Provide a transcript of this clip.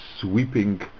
sweeping